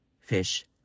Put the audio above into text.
fish